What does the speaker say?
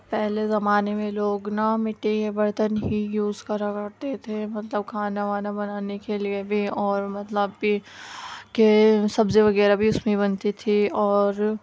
پہلے زمانے میں لوگ نا مٹی کے برتن ہی یوز کرا کرتے تھے مطلب کھانا وانا بنانے کے لیے وہ اور مطلب کہ کہ سبزی وغیرہ بھی اس میں ہی بنتی تھی اور